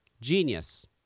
Genius